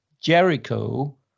Jericho